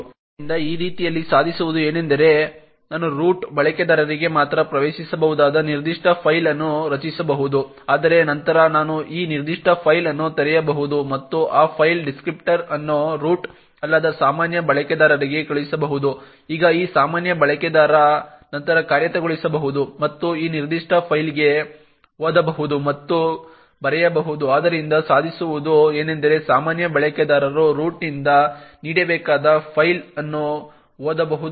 ಆದ್ದರಿಂದ ಈ ರೀತಿಯಲ್ಲಿ ಸಾಧಿಸುವುದು ಏನೆಂದರೆ ನಾನು ರೂಟ್ ಬಳಕೆದಾರರಿಗೆ ಮಾತ್ರ ಪ್ರವೇಶಿಸಬಹುದಾದ ನಿರ್ದಿಷ್ಟ ಫೈಲ್ ಅನ್ನು ರಚಿಸಬಹುದು ಆದರೆ ನಂತರ ನಾನು ಈ ನಿರ್ದಿಷ್ಟ ಫೈಲ್ ಅನ್ನು ತೆರೆಯಬಹುದು ಮತ್ತು ಆ ಫೈಲ್ ಡಿಸ್ಕ್ರಿಪ್ಟರ್ ಅನ್ನು ರೂಟ್ ಅಲ್ಲದ ಸಾಮಾನ್ಯ ಬಳಕೆದಾರರಿಗೆ ಕಳುಹಿಸಬಹುದು ಈಗ ಈ ಸಾಮಾನ್ಯ ಬಳಕೆದಾರ ನಂತರ ಕಾರ್ಯಗತಗೊಳಿಸಬಹುದು ಮತ್ತು ಈ ನಿರ್ದಿಷ್ಟ ಫೈಲ್ಗೆ ಓದಬಹುದು ಮತ್ತು ಬರೆಯಬಹುದು ಆದ್ದರಿಂದ ಸಾಧಿಸುವುದು ಏನೆಂದರೆ ಸಾಮಾನ್ಯ ಬಳಕೆದಾರರು ರೂಟ್ನಿಂದ ನೀಡಬೇಕಾದ ಫೈಲ್ ಅನ್ನು ಓದಬಹುದು ಅಥವಾ ಬರೆಯಬಹುದು